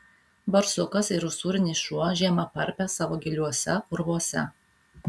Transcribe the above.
barsukas ir usūrinis šuo žiemą parpia savo giliuose urvuose